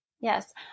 Yes